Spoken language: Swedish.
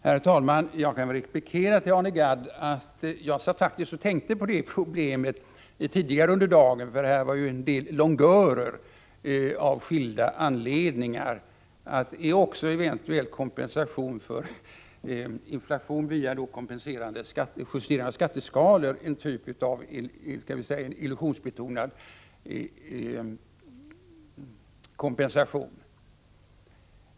Herr talman! Jag kan replikera till Arne Gadd att jag faktiskt tidigare i dag tänkt på problemet — här förekom ju av skilda anledningar en del longörer — huruvida en eventuell kompensation för inflation via justering av skatteskalor är en typ av illusion.